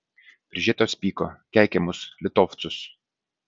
prižiūrėtojas pyko keikė mus litovcus